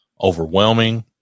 overwhelming